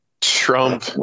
Trump